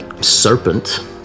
serpent